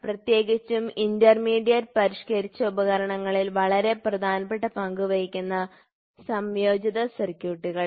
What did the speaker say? പ്രത്യേകിച്ചും ഇന്റർമീഡിയറ്റ് പരിഷ്കരിച്ച ഉപകരണങ്ങളിൽ വളരെ പ്രധാനപ്പെട്ട പങ്ക് വഹിക്കുന്ന സംയോജിത സർക്യൂട്ടുകളിൽ